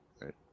Right